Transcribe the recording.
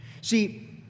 See